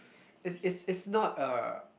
it's it's it's not a